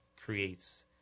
creates